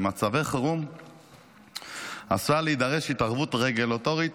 במצבי חירום עשויה להידרש התערבות רגולטורית